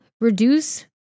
reduce